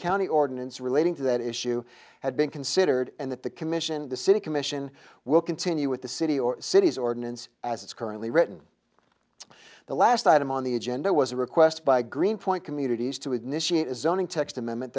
county ordinance relating to that issue had been considered and that the commission the city commission will continue with the city or cities ordinance as it's currently written the last item on the agenda was a request by greenpoint communities to ignition is zoning text amendment